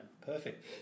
perfect